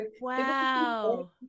Wow